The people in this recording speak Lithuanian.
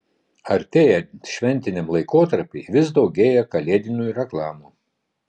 artėjant šventiniam laikotarpiui vis daugėja kalėdinių reklamų